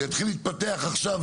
אז יתחיל להתפתח עכשיו,